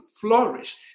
flourish